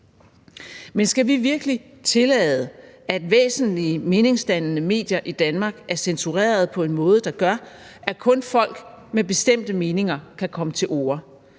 Men skal vi virkelig tillade, at væsentlige meningdannende medier i Danmark er censureret på en måde, der gør, at kun folk med bestemte meninger kan komme til orde?